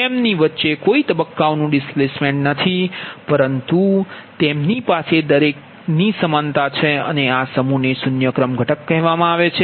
તેમની વચ્ચે કોઈ તબક્કોનું ડિસ્પ્લેસમેન્ટ નથી પરંતુ તેમની પાસે દરેકથી સમાનતા છે અને આ સમૂહને શૂન્ય ક્રમ ઘટક કહેવામાં આવે છે